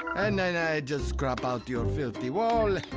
and then i'll just crop out your filthy wall.